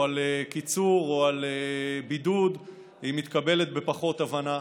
על קיצור או על בידוד מתקבלת בפחות הבנה.